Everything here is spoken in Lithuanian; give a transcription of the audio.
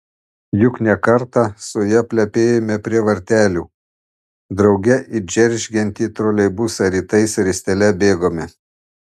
juk ne kartą su ja plepėjome prie vartelių drauge į džeržgiantį troleibusą rytais ristele bėgome